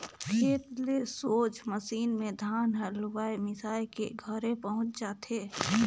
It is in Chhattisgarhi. खेते ले सोझ मसीन मे धान हर लुवाए मिसाए के घरे पहुचत अहे